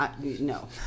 No